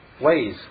ways